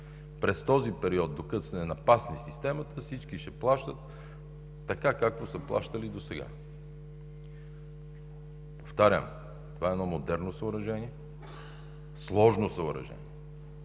През този период, докато се напасне системата, всички ще плащат, както са плащали досега. Повтарям: това е едно модерно съоръжение, сложно съоръжение,